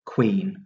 Queen